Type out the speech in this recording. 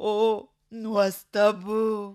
o nuostabu